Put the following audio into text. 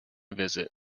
visit